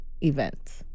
event